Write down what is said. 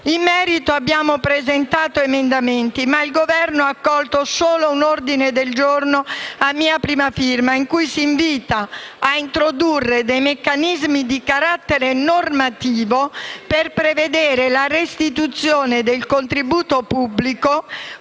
In merito abbiamo presentato degli emendamenti, ma il Governo ha accolto solo un ordine del giorno a mia prima firma, in cui si invita a introdurre dei meccanismi di carattere normativo per prevedere la restituzione del contributo pubblico